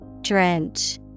Drench